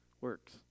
works